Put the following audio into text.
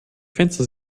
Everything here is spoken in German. fenster